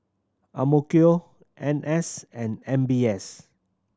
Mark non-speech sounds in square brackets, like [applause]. [unintelligible] N S and M B S